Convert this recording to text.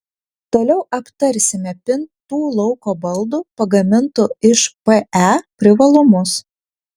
toliau aptarsime pintų lauko baldų pagamintų iš pe privalumus